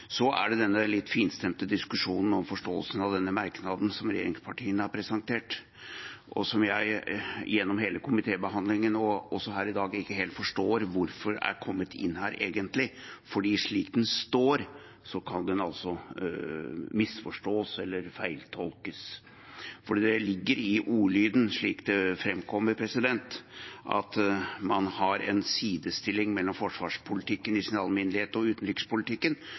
Så er det denne litt finstemte diskusjonen om forståelsen av denne merknaden som regjeringspartiene har presentert, og som jeg gjennom hele komitébehandlingen, og også her i dag, ikke helt forstår hvorfor er kommet inn her, for slik den står, kan den misforstås eller feiltolkes. Det ligger i ordlyden, slik det framkommer, at man sidestiller forsvarspolitikken i sin alminnelighet med utenrikspolitikken,